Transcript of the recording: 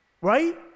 right